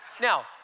Now